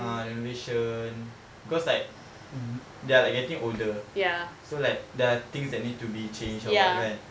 ah renovation because like they are like getting older so like there are things that needs to be changed or what kan